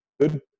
good